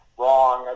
wrong